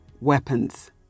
Weapons